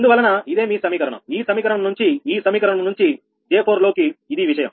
అందువలన ఇదేమీ సమీకరణం ఈ సమీకరణం నుంచి ఈ సమీకరణం నుంచి J4 లోకి ఇది విషయం